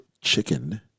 chicken